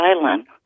Island